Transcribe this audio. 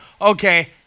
Okay